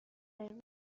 سرو